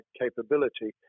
capability